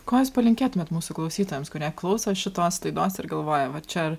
ko palinkėtumėte mūsų klausytojams kurie klauso šitos laidos ir galvoja va čia